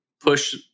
push